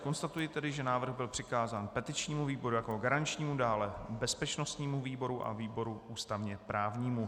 Konstatuji tedy, že návrh byl přikázán petičnímu výboru jako garančnímu, dále bezpečnostnímu výboru a výboru ústavněprávnímu.